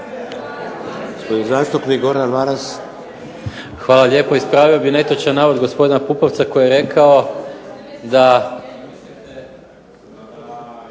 Želim ispraviti netočan navod gospodina Pupovca koji je rekao da